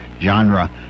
genre